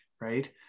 Right